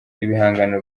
ibihangano